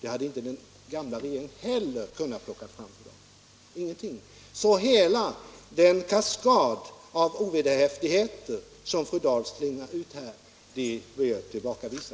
Ett sådant hade inte heller den gamla